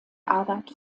arbeit